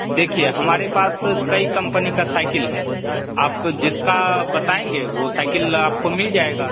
देखिए हमारे पास कई कंपनी का साइकिल है आप जिसका बताएँगे वो साइकिल आपको मिल जाएगा